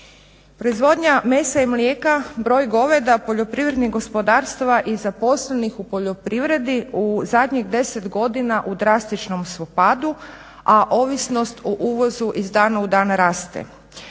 Proizvodnja mesa i mlijeka, broj goveda poljoprivrednih gospodarstva i zaposlenih u poljoprivredi u zadnjih 10 godina u drastičnom su padu, a ovisnost o uvozu iz dana u dan raste.